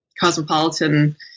cosmopolitan